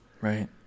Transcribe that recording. Right